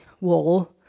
wall